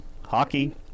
hockey